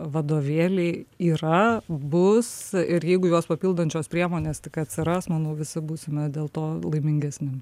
vadovėliai yra bus ir jeigu juos papildančios priemonės tik atsiras manau visi būsime dėl to laimingesni